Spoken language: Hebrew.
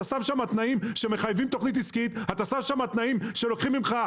אתה שם תנאים שמחייבים תכנית עסקית; לוקחים מאיתנו